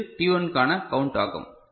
இது t1 கான count ஆகும்